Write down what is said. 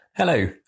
Hello